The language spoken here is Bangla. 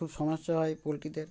খুব সমস্যা হয় পৌল্ট্রাতে